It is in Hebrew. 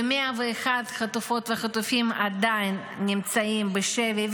ו-101 חטופות וחטופים עדיין נמצאים בשבי,